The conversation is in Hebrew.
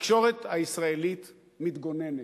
התקשורת הישראלית מתגוננת,